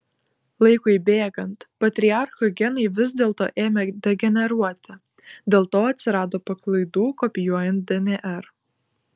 laikui bėgant patriarchų genai vis dėlto ėmė degeneruoti dėl to atsirado paklaidų kopijuojant dnr